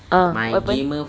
ah what happen